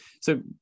So-